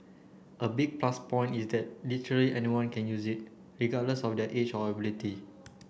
a big plus point is that literally anyone can use it regardless of their age or ability